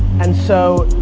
and so,